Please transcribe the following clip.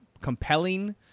compelling